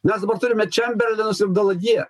mes dabar turime čemberlenus ir daladjė